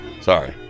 Sorry